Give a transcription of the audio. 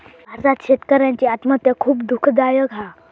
भारतात शेतकऱ्यांची आत्महत्या खुप दुःखदायक हा